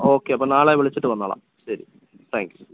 okay അപ്പം നാളെ വിളിച്ചിട്ട് വന്നോളാം ശരി താങ്ക് യൂ